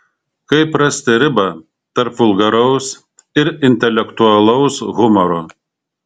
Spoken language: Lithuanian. kaip rasti ribą tarp vulgaraus ir intelektualaus humoro